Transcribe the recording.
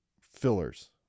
Fillers